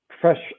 fresh